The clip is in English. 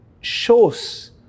shows